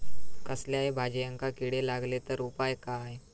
कसल्याय भाजायेंका किडे लागले तर उपाय काय?